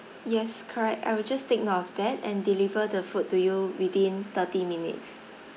yes correct I will just take note of that and deliver the food to you within thirty minutes